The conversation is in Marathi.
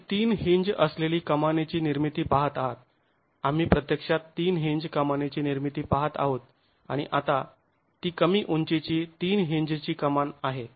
तर तुम्ही तीन हींज असलेली कमानीची निर्मिती पाहत आहात आम्ही प्रत्यक्षात तीन हींज कमानीची निर्मिती पाहत आहोत आणि आता ती कमी उंचीची तीन हींजची कमान आहे